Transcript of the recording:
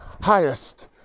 highest